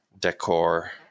decor